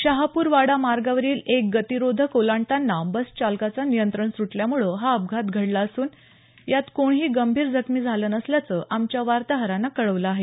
शहापूर वाडा मार्गावरील एक गतिरोधक ओलांडतांना बस चालकाचं नियंत्रण सुटल्यामुळं हा अपघात घडला असुन यात कोणीही गंभीर जखमी झालं नसल्याचं आमच्या वार्ताहरानं कळवलं आहे